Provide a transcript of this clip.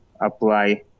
apply